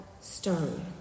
stone